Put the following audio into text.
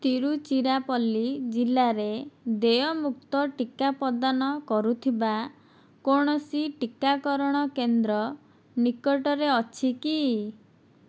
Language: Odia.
ତିରୁଚିରାପଲ୍ଲୀ ଜିଲ୍ଲାରେ ଦେୟମୁକ୍ତ ଟିକା ପ୍ରଦାନ କରୁଥିବା କୌଣସି ଟିକାକରଣ କେନ୍ଦ୍ର ନିକଟରେ ଅଛି କି